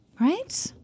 Right